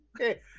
Okay